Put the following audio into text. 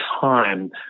time